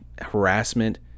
harassment